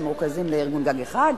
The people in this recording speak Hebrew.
שמרוכזים בארגון-גג אחד.